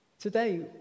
Today